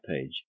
page